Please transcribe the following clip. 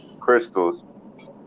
crystals